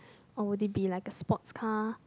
or would it be like a sports car